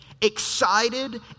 excited